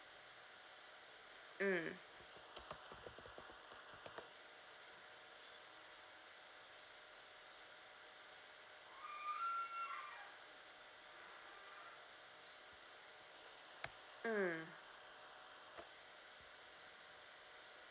mm mm